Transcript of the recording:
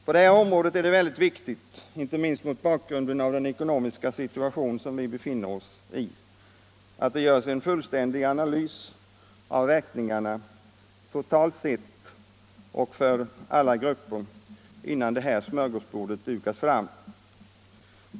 På det här området är det väldigt viktigt — inte minst mot bakgrund av den ekonomiska situation som vi befinner oss i — att det görs en fullständig analys av verkningarna totalt sett och för alla grupper innan det här smörgåsbordet dukas fram.